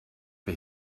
for